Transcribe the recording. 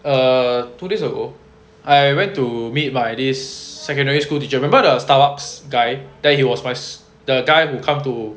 err two days ago I went to meet my this secondary school teacher remember the Starbucks guy that he was my the guy who come to